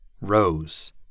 Rose